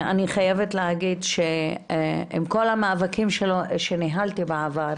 אני חייבת להגיד שעם כל המאבקים שניהלתי בעבר